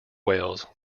whales